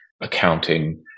accounting